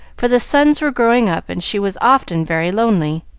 for the sons were growing up, and she was often very lonely.